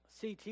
CT